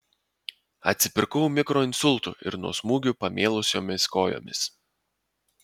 atsipirkau mikroinsultu ir nuo smūgių pamėlusiomis kojomis